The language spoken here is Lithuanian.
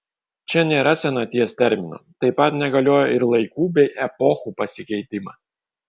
čia nėra senaties termino taip pat negalioja ir laikų bei epochų pasikeitimas